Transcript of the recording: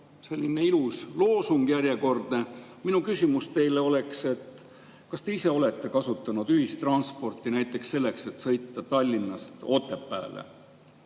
järjekordne ilus loosung. Minu küsimus teile on see: kas te ise olete kasutanud ühistransporti näiteks selleks, et sõita Tallinnast Otepääle?